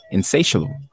Insatiable